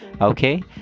okay